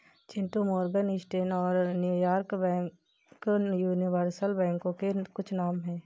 Chintu Morgan Stanley और New York bank universal बैंकों के कुछ नाम है